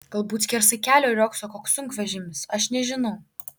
galbūt skersai kelio riogso koks sunkvežimis aš nežinau